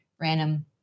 random